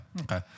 okay